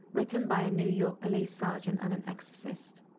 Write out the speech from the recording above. written by a new york police sergeant and an exorcist.